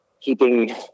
keeping